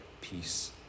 peace